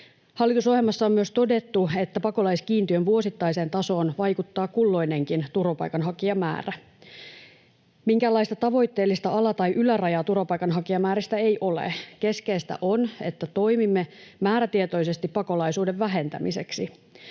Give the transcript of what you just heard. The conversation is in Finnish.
Hallitusohjelmassa on myös todettu, että pakolaiskiintiön vuosittaiseen tasoon vaikuttaa kulloinenkin turvapaikanhakijamäärä. Minkäänlaista tavoitteellista ala- tai ylärajaa turvapaikanhakijamääristä ei ole. Keskeistä on, että toimimme määrätietoisesti pakolaisuuden vähentämiseksi.